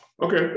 Okay